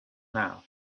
now